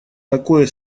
такое